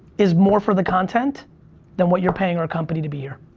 is more for the content than what you're paying our company to be here.